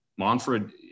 Monfred